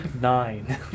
Nine